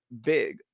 big